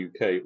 uk